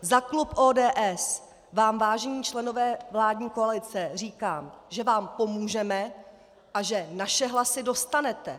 Za klub ODS vám, vážení členové vládní koalice, říkám, že vám pomůžeme a že naše hlasy dostanete.